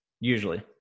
Usually